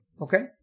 Okay